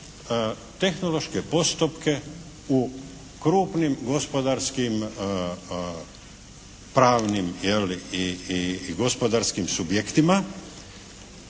tehnološke postupke u krupnim gospodarskim pravnim je li i gospodarskim subjektima